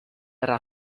era